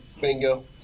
Bingo